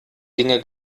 dinge